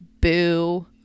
boo